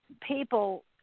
people